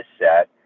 set